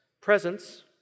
Presence